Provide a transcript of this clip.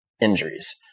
injuries